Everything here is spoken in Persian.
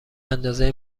اندازه